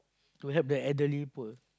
to help the elderly poor